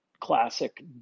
classic